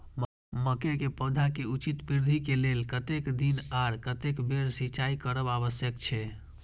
मके के पौधा के उचित वृद्धि के लेल कतेक दिन आर कतेक बेर सिंचाई करब आवश्यक छे?